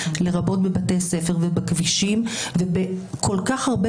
לרבות בבתי ספר ובכבישים ובכל כך הרבה